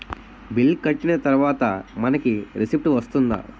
Bill కట్టిన తర్వాత మనకి రిసీప్ట్ వస్తుందా?